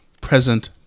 present